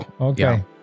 Okay